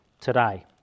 today